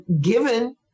given